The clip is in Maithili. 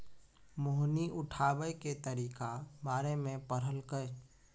मोहिनी उठाबै के तरीका बारे मे पढ़लकै